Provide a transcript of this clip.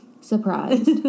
surprised